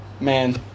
man